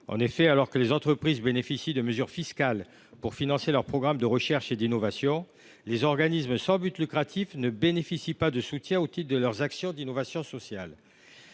En effet, alors que les entreprises bénéficient de mesures fiscales pour financer leurs programmes de recherche et d’innovation, les organismes sans but lucratif ne bénéficient pas de soutien au titre de leurs actions d’innovation sociale.